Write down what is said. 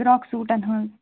frock سوٗٹن ہٕنٛزۍ